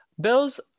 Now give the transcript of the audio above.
Bills